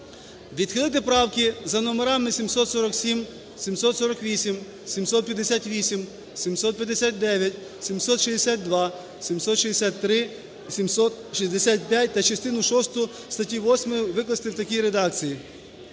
Відхилити правки за номерами 747, 748, 758, 759, 762, 763, 765 та частину шосту статті 8 викласти в такій редакції: